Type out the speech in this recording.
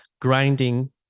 grinding